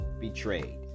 betrayed